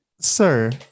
sir